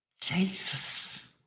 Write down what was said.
Jesus